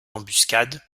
embuscade